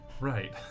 Right